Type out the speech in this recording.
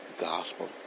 Gospel